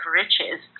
riches